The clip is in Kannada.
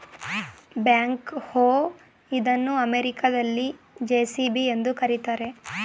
ಬ್ಯಾಕ್ ಹೋ ಇದನ್ನು ಅಮೆರಿಕದಲ್ಲಿ ಜೆ.ಸಿ.ಬಿ ಎಂದು ಕರಿತಾರೆ